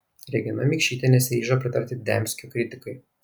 regina mikšytė nesiryžo pritarti dembskio kritikai